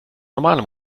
normale